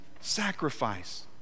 sacrifice